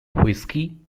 whiskey